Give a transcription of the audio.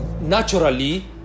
naturally